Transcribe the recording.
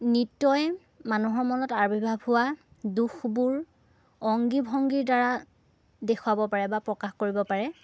নৃত্যই মানুহৰ মনত আবিৰ্ভাব হোৱা দূখবোৰ অংগী ভংগীৰ দ্বাৰা দেখুৱাব পাৰে বা প্ৰকাশ কৰিব পাৰে